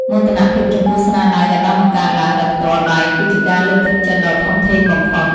មោទនភាពចំពោះស្នាដៃដែលបានបង្កើតឡើងដោយផ្ទាល់ដៃគឺជាការលើកទឹកចិត្តដ៏ធំធេងបំផុត។